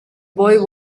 boy